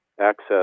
access